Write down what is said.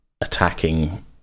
attacking